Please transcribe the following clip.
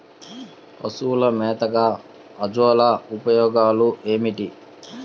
పశువుల మేతగా అజొల్ల ఉపయోగాలు ఏమిటి?